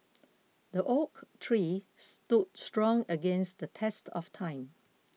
the oak tree stood strong against the test of time